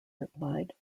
replied